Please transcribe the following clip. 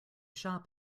shop